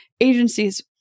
agencies